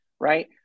right